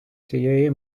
цієї